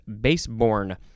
baseborn